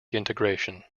integration